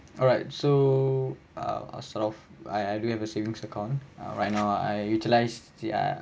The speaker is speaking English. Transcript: alright so err sort of I I do have a savings account ah right now I utilize the uh